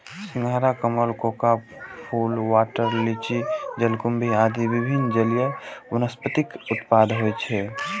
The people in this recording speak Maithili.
सिंघाड़ा, कमल, कोका फूल, वाटर लिली, जलकुंभी आदि विभिन्न जलीय वनस्पतिक उत्पादन होइ छै